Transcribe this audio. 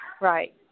Right